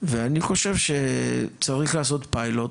ואני חושב שצריך לעשות פיילוט.